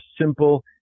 simple